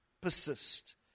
persist